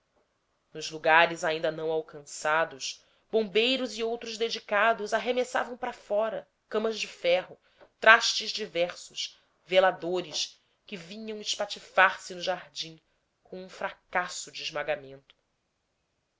nos lugares ainda não alcançados bombeiros e outros dedicados arremessavam para fora camas de ferro trastes diversos veladores que vinham espatifar se no jardim com um fracasso esmagamento